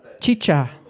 chicha